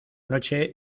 noche